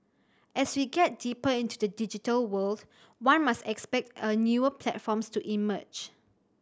as we get deeper into the digital world one must expect a newer platforms to emerge